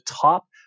top